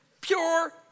Pure